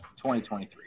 2023